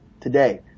today